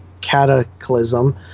cataclysm